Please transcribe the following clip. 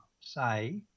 say